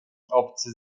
obcy